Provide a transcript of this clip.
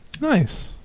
nice